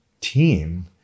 team